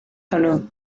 hwnnw